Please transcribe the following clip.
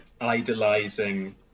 idolizing